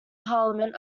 parliament